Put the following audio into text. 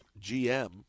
GM